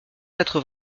quatre